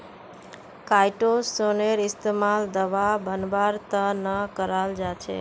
काईटोसनेर इस्तमाल दवा बनव्वार त न कराल जा छेक